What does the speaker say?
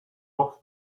off